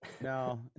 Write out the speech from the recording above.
no